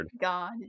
god